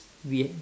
green